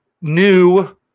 new